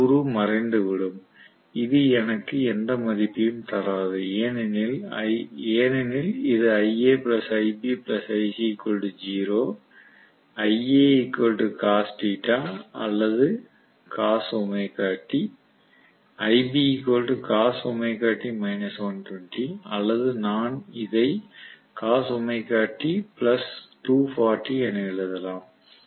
இந்த கூறு மறைந்துவிடும் இது எனக்கு எந்த மதிப்பையும் தராது ஏனெனில் இது அல்லது அல்லது நான் இதை என எழுதலாம்